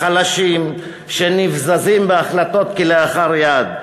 החלשים שנבזזים בהחלטות כלאחר יד.